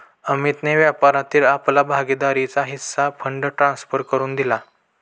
अमितने व्यापारातील आपला भागीदारीचा हिस्सा फंड ट्रांसफर करुन दिला